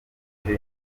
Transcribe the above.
buri